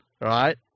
right